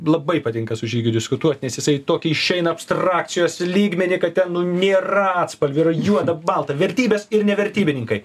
labai patinka su žygiu diskutuot nes jisai tokį išeina abstrakcijos lygmenį kad ten nu nėra atspalvių juoda balta vertybės ir nevertybininkai